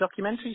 documentaries